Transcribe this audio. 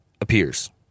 appears